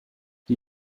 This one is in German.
die